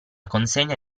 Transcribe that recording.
consegna